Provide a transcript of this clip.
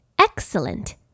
excellent